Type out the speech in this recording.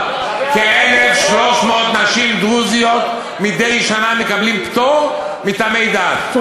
כ-1,300 נשים דרוזיות מקבלות מדי שנה פטור מטעמי דת,